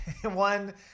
one